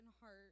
heart